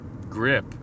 grip